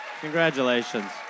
Congratulations